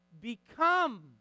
Become